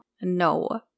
No